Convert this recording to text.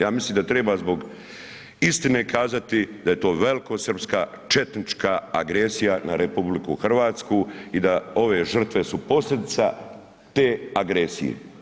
Ja mislim da treba zbog istine kazati da je to velikosrpska, četnička agresija na RH i da ove žrtve su posljedica te agresije.